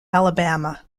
alabama